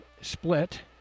split